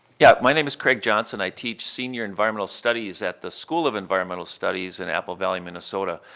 yeah, my name is craig johnson. i teach senior environmental studies at the school of environmental studies in apple valley, minnesota.